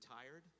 tired